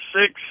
six